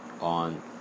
on